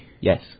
Yes